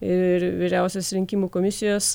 ir vyriausiosios rinkimų komisijos